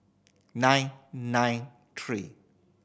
nine nine three